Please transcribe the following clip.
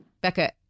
Becca